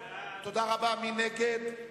מי נגד?